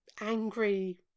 angry